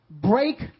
break